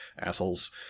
assholes